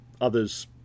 others